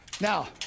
Now